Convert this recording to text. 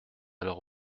alors